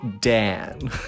Dan